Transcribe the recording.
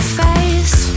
face